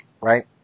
right